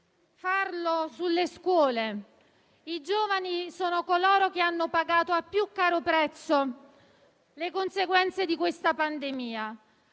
cenno sulle scuole. I giovani sono coloro che hanno pagato a caro prezzo le conseguenze di questa pandemia: